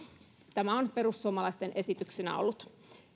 tämä on perussuomalaisten esityksenä ollut